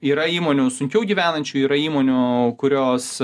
yra įmonių sunkiau gyvenančių yra įmonių kurios